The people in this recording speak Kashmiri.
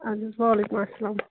اَدٕ حظ وعلیکُم اسلام